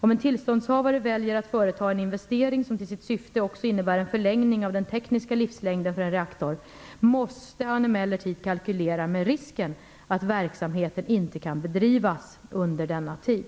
Om en tillståndshavare väljer att företa en investering som också innebär en förlängning av den tekniska livslängden för en reaktor måste han emellertid kalkylera med risken att verksamheten inte kan bedrivas under denna tid.